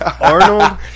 Arnold